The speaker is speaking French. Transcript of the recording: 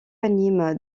anime